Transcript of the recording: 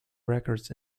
records